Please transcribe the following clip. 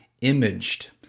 imaged